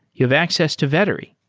you have access to vettery.